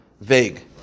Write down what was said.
vague